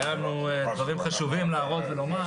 היו לו דברים חשובים להראות ולומר.